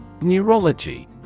Neurology